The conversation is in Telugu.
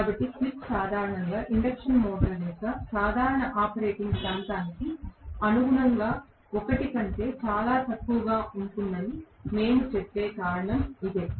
కాబట్టి స్లిప్ సాధారణంగా ఇండక్షన్ మోటర్ యొక్క సాధారణ ఆపరేటింగ్ ప్రాంతానికి అనుగుణంగా ఒకటి కంటే చాలా తక్కువగా ఉంటుందని మేము చెప్పే కారణం అదే